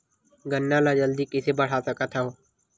गन्ना ल जल्दी कइसे बढ़ा सकत हव?